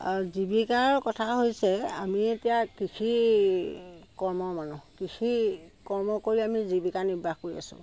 জীৱিকাৰ কথা হৈছে আমি এতিয়া কৃষি কৰ্মৰ মানুহ কৃষি কৰ্ম কৰি আমি জীৱিকা নিৰ্বাহ কৰি আছোঁ